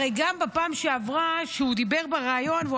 הרי גם בפעם שעברה שהוא דיבר בריאיון והוא